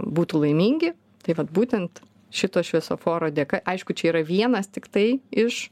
būtų laimingi tai vat būtent šito šviesoforo dėka aišku čia yra vienas tiktai iš